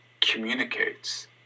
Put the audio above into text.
communicates